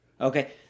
Okay